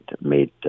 made